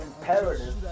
imperative